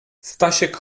stasiek